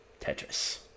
Tetris